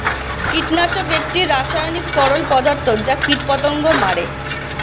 কীটনাশক একটি রাসায়নিক তরল পদার্থ যা কীটপতঙ্গ মারে